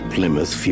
Plymouth